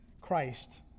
Christ